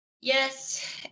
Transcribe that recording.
Yes